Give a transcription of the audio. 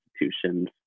institutions